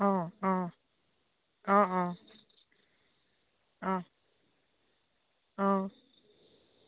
অঁ অঁ অঁ অঁ অঁ অঁ